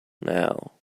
now